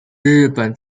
日本